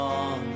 on